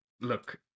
look